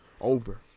Over